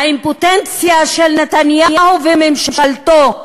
האימפוטנציה של נתניהו וממשלתו,